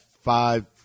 five –